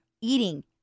eating